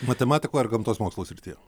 matematikoj ar gamtos mokslų srityje